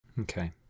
Okay